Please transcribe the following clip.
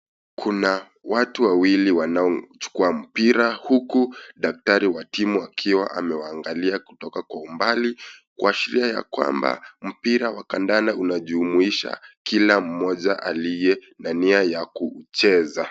Kuna watu wawili wanao chukua mpira, huku daktari wa timu akiwa amewaangalia kutoka kwa umbali kuashiria ya kwamba mpira wa kandanda unajumuisha kila mmoja aliye na nia ya kuucheza.